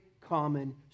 common